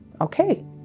okay